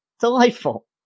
delightful